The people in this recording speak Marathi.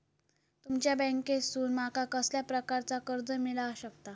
तुमच्या बँकेसून माका कसल्या प्रकारचा कर्ज मिला शकता?